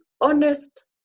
honest